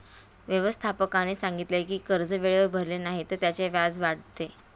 व्यवस्थापकाने सांगितले की कर्ज वेळेवर भरले नाही तर त्याचे व्याज वाढते